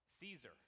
Caesar